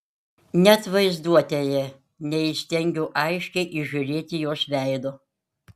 net vaizduotėje neįstengiu aiškiai įžiūrėti jos veido